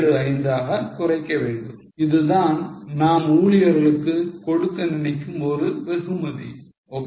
75 ஆக குறைக்க வேண்டும் இதுதான் நாம் ஊழியர்களுக்கு கொடுக்க நினைக்கும் ஒரு வெகுமதி ok